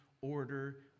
order